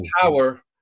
power